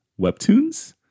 webtoons